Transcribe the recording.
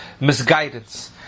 misguidance